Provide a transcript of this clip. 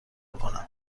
کنم